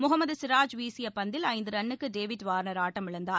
முகமது சிராஜ் வீசிய பந்தில் ஐந்து ரன்னுக்கு டேவிட் வார்னர் ஆட்டமிழந்தார்